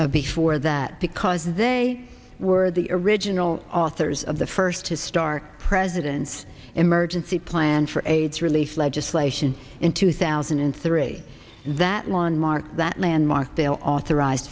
before that because they were the original authors of the first to start president's emergency plan for aids relief legislation in two thousand and three that one mark that landmark they authorize